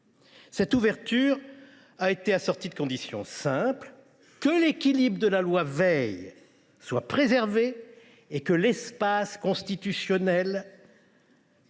Cette ouverture a été assortie de conditions simples : que l’équilibre de la loi Veil soit préservé et que l’espace constitutionnel reste